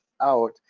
out